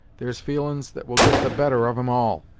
there's feelin's that will get the better of em all,